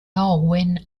owen